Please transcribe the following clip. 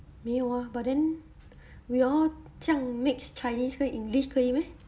没有 ah but then we all 这像 mix chinese 跟 english 可以 meh